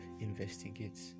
investigates